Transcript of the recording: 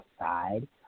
outside